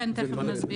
כן, תכף נסביר.